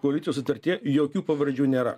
koalicijos sutartyje jokių pavardžių nėra